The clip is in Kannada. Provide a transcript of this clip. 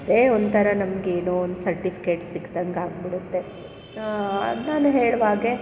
ಅದೇ ಒಂಥರ ನಮಗೇನೋ ಒಂದು ಸರ್ಟಿಫಿಕೇಟ್ ಸಿಕ್ಕಿದಂಗಾಗ್ಬಿಡುತ್ತೆ ನಾನು ಹೇಳ್ವಾಗೆ